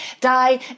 die